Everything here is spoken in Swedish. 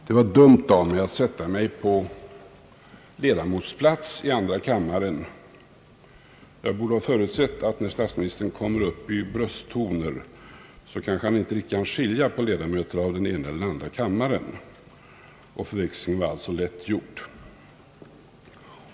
Det var dumt att jag satte mig på ledamotsplats i andra kammaren — jag borde ha förutsett att när statsministern kommer upp i brösttoner kan han kanske inte riktigt skilja på ledamöter av den ena och den andra kammaren, och förväxlingen var alltså lätt gjord.